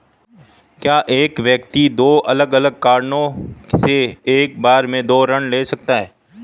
क्या एक व्यक्ति दो अलग अलग कारणों से एक बार में दो ऋण ले सकता है?